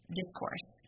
discourse